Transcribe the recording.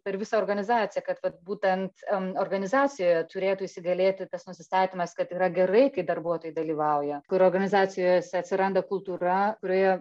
per visą organizaciją kad vat būtent em organizacijoje turėtų įsigalėti tas nusistatymas kad yra gerai kai darbuotojai dalyvauja kur organizacijose atsiranda kultūra kurioje